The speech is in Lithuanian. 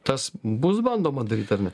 tas bus bandoma daryt ar ne